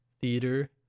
theater